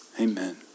Amen